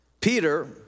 Peter